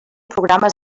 programes